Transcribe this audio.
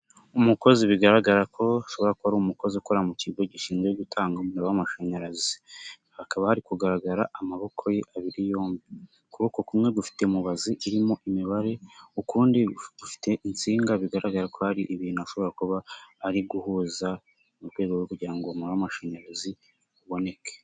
Umukozi bigaragara ko ashobora kuba ari umukozi ukora mu kigo gishinzwe gutanga umuriro w'amashanyarazi. Hakaba hari kugaragara amaboko ye abiri yombi. Ukuboko kumwe gufite mubazi irimo imibare, ukundi ufite insinga, bigaragara ko hari ibintu ashobora kuba arigu guhuza mu rwego rwo kugira ngo umuriro w'amashanyarazi uboneke.